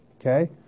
okay